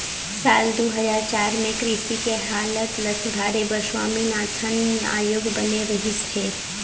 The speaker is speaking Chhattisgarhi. साल दू हजार चार में कृषि के हालत ल सुधारे बर स्वामीनाथन आयोग बने रहिस हे